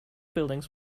buildings